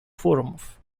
форумов